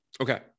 Okay